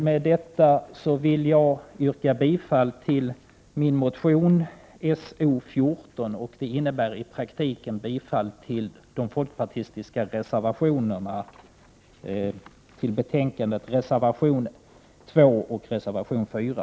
Med detta vill jag yrka bifall till min motion So14, vilket i praktiken innebär bifall till de folkpartistiska reservationerna 2 och 4.